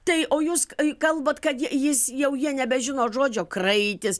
tai o jūs kalbat kad jis jau jie nebežino žodžio kraitis